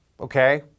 Okay